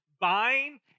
buying